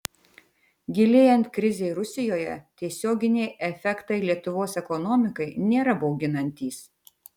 gilėjant krizei rusijoje tiesioginiai efektai lietuvos ekonomikai nėra bauginantys